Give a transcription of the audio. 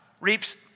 reaps